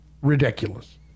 ridiculous